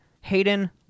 Hayden